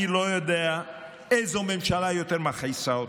אני לא יודע איזו ממשלה יותר מכעיסה אותי,